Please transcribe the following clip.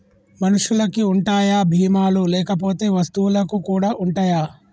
మనుషులకి ఉంటాయా బీమా లు లేకపోతే వస్తువులకు కూడా ఉంటయా?